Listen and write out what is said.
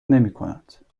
نمیکند